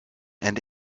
and